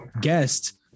guest